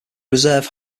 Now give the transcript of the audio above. reserve